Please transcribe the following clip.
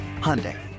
Hyundai